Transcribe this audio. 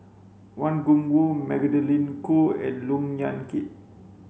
Wang Gungwu Magdalene Khoo and Loog Yan Kit